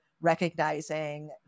recognizing